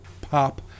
pop